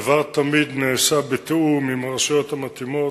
הדבר תמיד נעשה בתיאום עם הרשויות המתאימות,